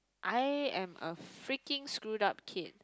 I am a freaking screwed up kid